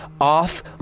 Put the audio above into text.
off